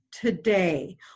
today